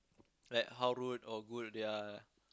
like how rude or good their